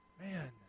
Man